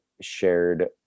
shared